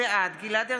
בעד גלעד ארדן,